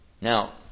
Now